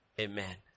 Amen